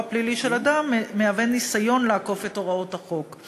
הפלילי של אדם מהווה ניסיון לעקוף את הוראות החוק.